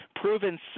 proven